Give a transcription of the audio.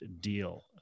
deal